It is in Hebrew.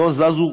לא זזו.